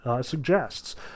suggests